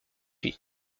lui